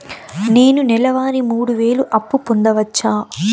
నేను నెల వారి మూడు వేలు అప్పు పొందవచ్చా?